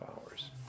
hours